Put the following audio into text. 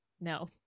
no